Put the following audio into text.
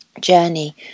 journey